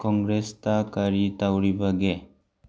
ꯀꯣꯡꯒ꯭ꯔꯦꯁꯇ ꯀꯔꯤ ꯇꯧꯔꯤꯕꯒꯦ